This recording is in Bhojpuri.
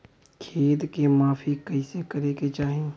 खेत के माफ़ी कईसे करें के चाही?